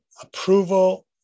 approval